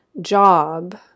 job